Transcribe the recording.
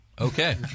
Okay